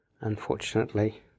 unfortunately